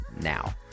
Now